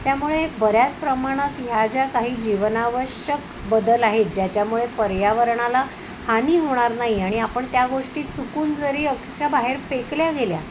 त्यामुळे बऱ्याच प्रमाणात ह्या ज्या काही जीवनावश्यक बदल आहेत ज्याच्यामुळे पर्यावरणाला हानी होणार नाही आणि आपण त्या गोष्टी चुकून जरी अक्षाबाहेर फेकल्या गेल्या